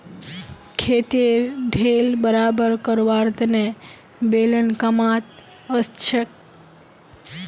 खेतेर ढेल बराबर करवार तने बेलन कामत ओसछेक